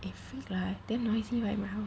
it feels like damn noisy like my house